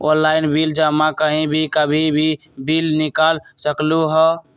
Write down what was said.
Online bill जमा कहीं भी कभी भी बिल निकाल सकलहु ह?